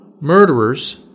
murderers